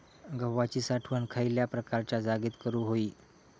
गव्हाची साठवण खयल्या प्रकारच्या जागेत करू होई?